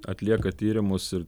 atlieka tyrimus ir